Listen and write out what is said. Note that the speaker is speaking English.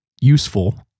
useful